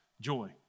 joy